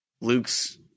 Luke's